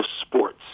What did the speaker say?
sports